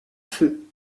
feu